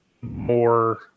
more